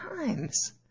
times